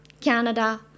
Canada